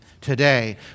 today